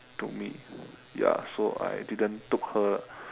to me ya so I didn't took her